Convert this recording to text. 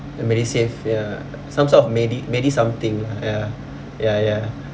the medisave ya some sort of medi~ medi~ something lah ya ya ya